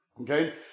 okay